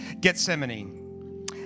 Gethsemane